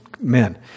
men